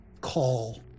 call